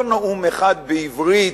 לא נאום אחד בעברית,